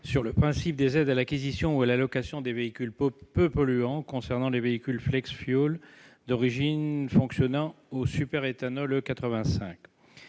sur le principe des aides à l'acquisition ou à la location des véhicules peu polluants, concernant les véhicules d'origine fonctionnant au superéthanol E85.